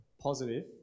Positive